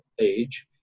age